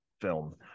film